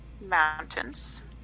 mountains